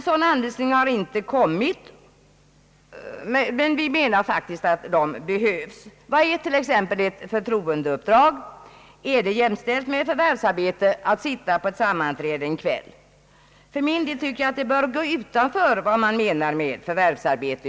Sådana anvisningar har inte kommit, men vi anser att de behövs. Vad är t.ex. ett förtroendeuppdrag? Är det jämställt med förvärvsarbete att sitta på ett sammanträde en kväll? Jag tycker att det bör ligga utanför vad som kan anses vara förvärvsarbete.